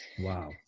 Wow